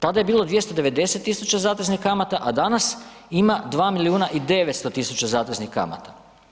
Tada je bilo 290 000 zateznih kamata a danas ima 2 milijuna i 900 000 zateznih kamata.